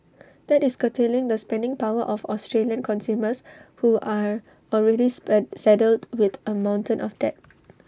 that is curtailing the spending power of Australian consumers who are already saddled with A mountain of debt